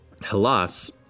Halas